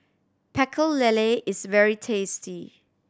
Pecel Lele is very tasty